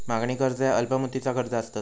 मागणी कर्ज ह्या अल्प मुदतीची कर्जा असतत